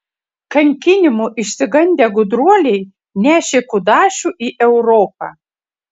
kankinimų išsigandę gudruoliai nešė kudašių į europą